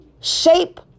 Shape